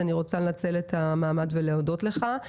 אני רוצה לנצל את המעמד ולהודות לך.